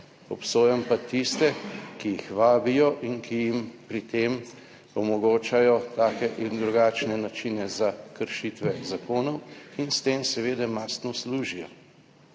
obsojam pa tiste, ki jih vabijo in ki jim pri tem omogočajo take in drugačne načine za kršitve zakonov in s tem seveda mastno služijo,